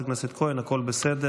לאט-לאט, חברת הכנסת כהן, הכול בסדר,